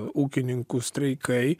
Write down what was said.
ūkininkų streikai